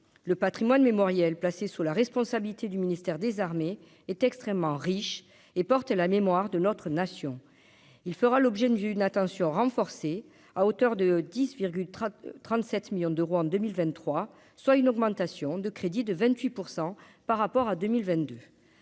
le Patrimoine mémoriel, placé sous la responsabilité du ministère des Armées est extrêmement riche et porte la mémoire de notre nation, il fera l'objet d'vue une attention renforcée à hauteur de 10 37 millions d'euros en 2023, soit une augmentation de crédit de 28 % par rapport à 2022,